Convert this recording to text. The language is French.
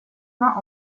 vingts